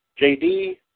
JD